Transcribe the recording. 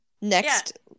Next